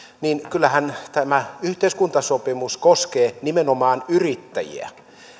niin kyllähän tämä yhteiskuntasopimus koskee nimenomaan yrittäjiä